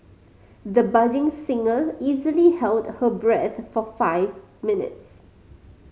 the budding singer easily held her breath for five minutes